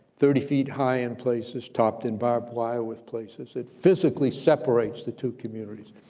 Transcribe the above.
thirty feet high in places, topped in barbed wire with places. it physically separates the two communities.